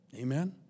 Amen